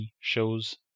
shows